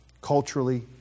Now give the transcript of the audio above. culturally